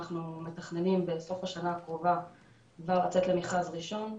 אנחנו מתכננים בסוף השנה הקרובה כבר לצאת למכרז ראשון,